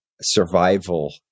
survival